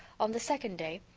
on the second day,